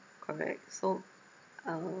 correct so uh